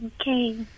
Okay